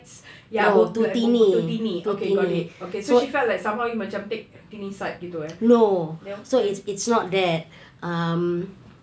ya both both both to tini okay got it okay so she felt like somehow you macam take tini